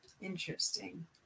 Interesting